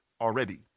already